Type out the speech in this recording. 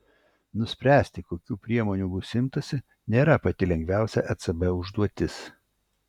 nuspręsti kokių priemonių bus imtasi nėra pati lengviausia ecb užduotis